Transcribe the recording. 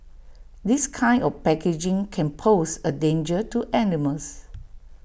this kind of packaging can pose A danger to animals